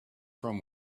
from